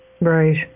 Right